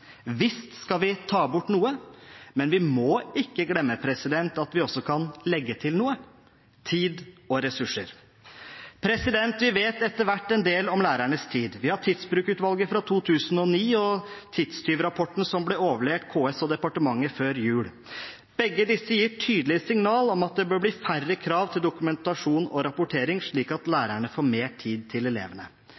skal vi ta bort noe, men vi må ikke glemme at vi også kan legge til noe: tid og ressurser. Vi vet etter hvert en del om lærernes tid. Vi har Tidsbrukutvalget fra 2009 og tidstyvrapporten, som ble overlevert KS og departementet før jul. Begge disse gir tydelige signal om at det bør bli færre krav til dokumentasjon og rapportering, slik at lærerne får mer tid til elevene.